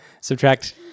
subtract